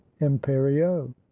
imperio